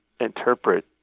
interpret